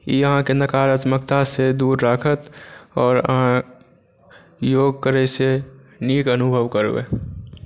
ई अहाँके नकारात्मकतासँ दूर राखत आओर अहाँ योग करैसँ नीक अनुभव करबै